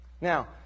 Now